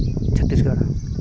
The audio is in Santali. ᱪᱷᱚᱛᱤᱥᱜᱚᱲ